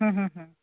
হুম হুম হুম